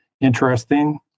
interesting